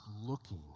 looking